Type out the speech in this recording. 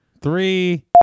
three